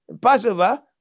Passover